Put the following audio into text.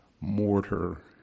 mortar